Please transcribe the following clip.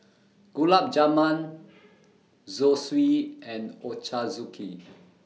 Gulab Jamun Zosui and Ochazuke